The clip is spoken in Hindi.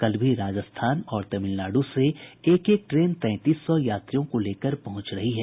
कल भी राजस्थान और तमिलनाडु से एक एक ट्रेन तैंतीस सौ यात्रियों को लेकर पहुंच रही हैं